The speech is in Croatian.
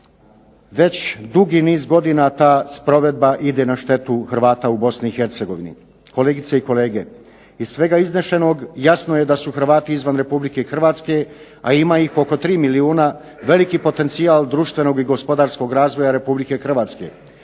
Već dugi niz godina ta sprovedba ide na štetu Hrvata u Bosni i Hercegovini. Kolegice i kolege, iz svega iznešenog jasno da su Hrvati izvan Republike Hrvatske a ima ih oko 3 milijuna, veliki potencijal društvenog i gospodarskog razvoja Republike Hrvatske.